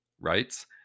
writes